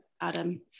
Adam